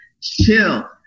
chill